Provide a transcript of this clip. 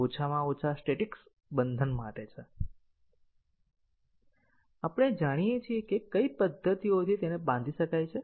ઓછામાં ઓછા સ્ટેટીકક્સ બંધન માટે છે આપણે જાણીએ છીએ કે કઈ પદ્ધતિઓથી તેને બાંધી શકાય છે